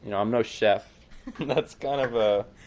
you know i'm no chef that's kind of a